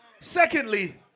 Secondly